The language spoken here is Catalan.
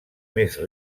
més